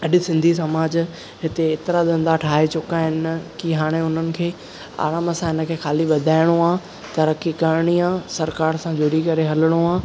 अॼु सिंधी समाज हिते एतिरा धंधा ठाहे चुकिया आहिनि की हाणे हुननि खे आराम सां हिन खे खाली वधाइणो आहे तरकी करणी आहे सरकार सां जुड़ी करे हलणो आहे